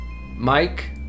Mike